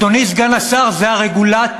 אדוני סגן השר, זה הרגולטור.